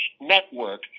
network